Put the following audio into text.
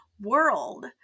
world